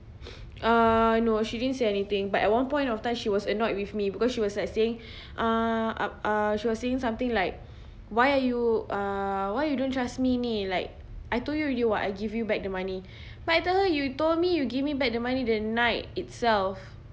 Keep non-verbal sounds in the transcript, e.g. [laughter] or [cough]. [breath] uh no she didn't say anything but at one point of time she was annoyed with me because she was like saying ah up~ ah she was saying something like why are you ah why you don't trust me ni like I told you already [what] I give you back the money but I told her you told me you give me back the money that night itself